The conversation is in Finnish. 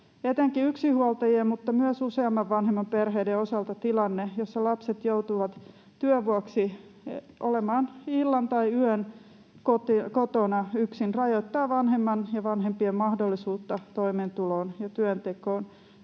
Etenkin yksinhuoltajien mutta myös useamman vanhemman perheiden osalta tilanne, jossa lapset joutuvat työn vuoksi olemaan illan tai yön kotona yksin, rajoittaa vanhemman ja vanhempien mahdollisuutta toimeentuloon ja työntekoon